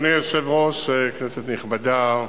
אדוני היושב-ראש, כנסת נכבדה,